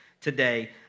today